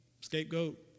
scapegoat